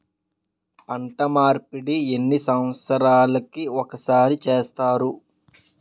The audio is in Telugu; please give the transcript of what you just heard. పంట మార్పిడి ఎన్ని సంవత్సరాలకి ఒక్కసారి చేస్తారు?